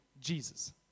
Jesus